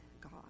God